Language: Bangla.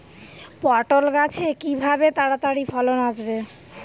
পটল গাছে কিভাবে তাড়াতাড়ি ফলন আসবে?